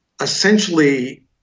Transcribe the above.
essentially